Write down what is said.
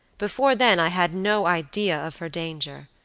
before then i had no idea of her danger.